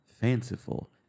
fanciful